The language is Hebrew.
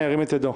נתקבלה.